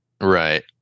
Right